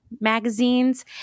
magazines